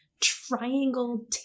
triangle